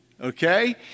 Okay